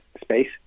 space